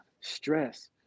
stress